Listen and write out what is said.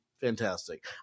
fantastic